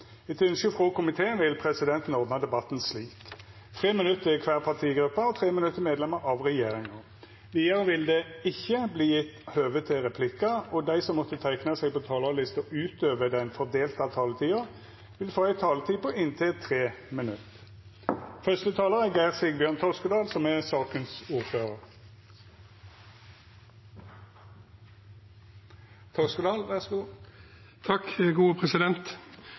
Etter ynske frå utanriks- og forsvarskomiteen vil presidenten ordna debatten slik: 3 minutt til kvar partigruppe og 3 minutt til medlemer av regjeringa. Vidare vil det ikkje verta gjeve høve til replikkar, og dei som måtte teikna seg på talarlista utover den fordelte taletida, får òg ei taletid på inntil 3 minutt. Det europeiske forsvarsfondet – European Defense Fund, EDF – er etablert som